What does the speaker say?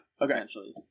Essentially